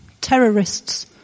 terrorists